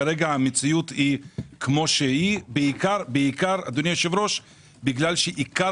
כרגע המציאות כיום היא בעיקר בגלל שעיקר